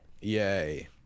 Yay